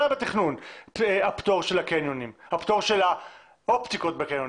הפטור של האופטיקות בקניונים.